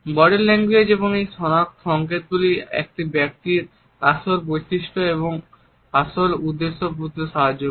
body language এই সংকেতগুলি একজন ব্যক্তির আসল ব্যক্তিত্ব এবং আসল উদ্দেশ্য বুঝতে সাহায্য করে